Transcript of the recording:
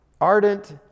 Ardent